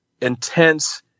intense